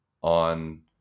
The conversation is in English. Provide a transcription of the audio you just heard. on